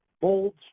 bold